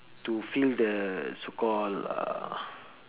to feel the so called uh